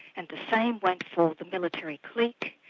and the same went for the military clique,